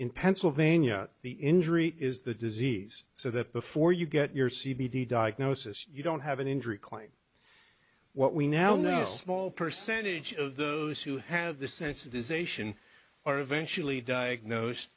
in pennsylvania the injury is the disease so that before you get your c b d diagnosis you don't have an injury claim what we now know a small percentage of the who have the sensitization are eventually diagnosed